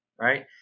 right